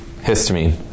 Histamine